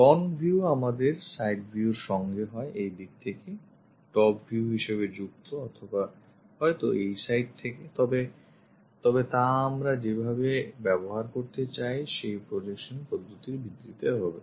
front view আমাদের side view র সঙ্গে হয় এই দিক থেকে top view হিসেবে যুক্ত অথবা হয়ত এই side থেকে তবে তা আমরা যেভাবে ব্যবহার করতে চাই সেই projection পদ্ধতির ভিত্তিতে হবে